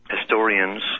historians